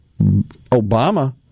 Obama